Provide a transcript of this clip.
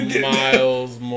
Miles